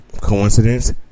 Coincidence